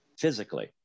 physically